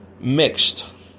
mixed